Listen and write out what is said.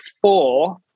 four